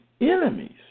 enemies